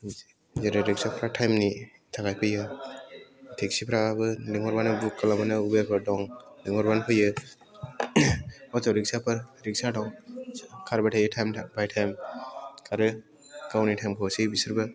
जेरै रिक्साफ्रा टाइमनि थाखाय फैयो टेक्सिफोराबो लेंहरबानो बुक खालामबानो उबारफोर दं लेंहरबानो फैयो अट' रिक्साफोर रिक्सा दं खारबाय थायो टाइम बाय टाइम खारो गावनि टाइमखौ होसोयो बिसोरबो